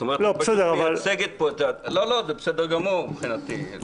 לא, בסדר, אבל --- לא, זה בסדר גמור מבחינתי.